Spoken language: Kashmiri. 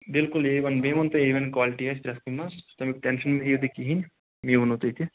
بالکل اے ون مے ووٚن تۄہہِ اے ون کالٹی آسہِ پرٮ۪تھ کُنہِ منٛز تَمیُک ٹٮ۪نشن مہ ہییو تُہۍ کہیٖنۍ مےٚ ووٚنو تۄہہِ تہ